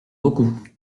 beaucoup